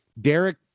Derek